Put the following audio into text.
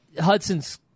Hudson's